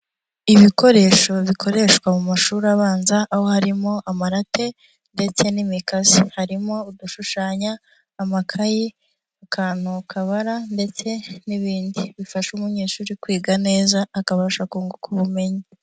Ibikoresho bikoreshwa mu mashuri abanza aho harimo amarate ndetse n'imikazi, harimo udushushanya, amakayi, akantu kabara ndetse n'ibindi bifasha umunyeshuri kwiga neza akabasha kunguka ubumenyi.